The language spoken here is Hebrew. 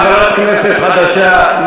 היא חברת כנסת חדשה,